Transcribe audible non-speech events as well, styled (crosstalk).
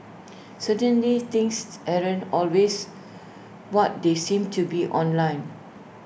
certainly things (unintelligible) always what they seem to be online